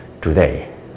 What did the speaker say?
today